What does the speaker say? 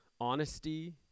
Honesty